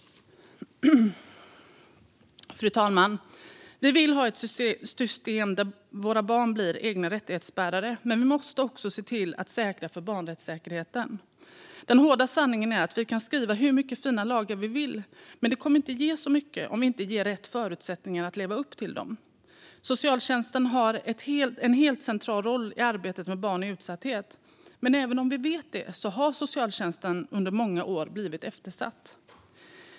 Fru talman! Vi vill ha ett system där våra barn blir egna rättighetsbärare, men vi måste också se till att säkra barnrättssäkerheten. Den hårda sanningen är att vi kan skriva hur många fina lagar vi vill, men det kommer inte att ge så mycket om vi inte ger rätt förutsättningar för att man ska kunna leva upp till dem. Socialtjänsten har en helt central roll i arbetet med barn i utsatthet, men även om vi vet det har socialtjänsten under många år blivit eftersatt.